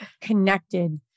connected